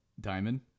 Diamond